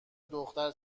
دختر